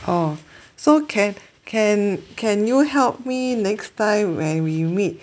oh so can can can you help me next time when we meet